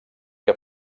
que